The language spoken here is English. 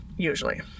usually